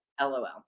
lol